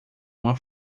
uma